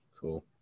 Cool